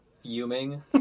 fuming